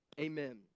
amen